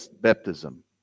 baptism